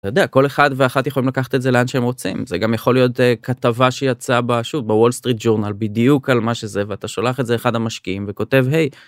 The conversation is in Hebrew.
אתה יודע, כל אחד ואחת יכולים לקחת את זה לאן שהם רוצים. זה גם יכול להיות כתבה שיצאה בשוב, בוול סטריט ג'ורנל בדיוק על מה שזה ואתה שולח את זה לאחד המשקיעים וכותב היי.